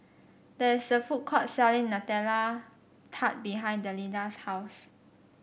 there is a food court selling Nutella Tart behind Delinda's house